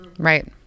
right